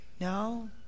no